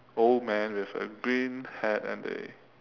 old man with a green hat and a